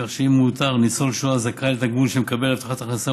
כך שאם מאותר ניצול שואה הזכאי לתגמול של מקבל הבטחת הכנסה,